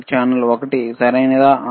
ఇది ఛానల్ ఒకటి సరియైనదా